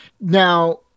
now